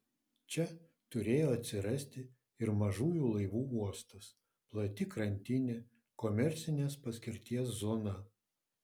čia turėjo atsirasti ir mažųjų laivų uostas plati krantinė komercinės paskirties zona